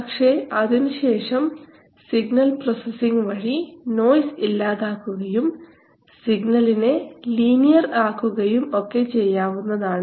പക്ഷേ അതിനുശേഷം signal processing വഴി നോയ്സ് ഇല്ലാതാക്കുകയും സിഗ്നലിനെ ലീനിയർ ആക്കുകയും ഒക്കെ ചെയ്യാവുന്നതാണ്